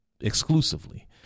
exclusively